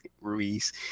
Ruiz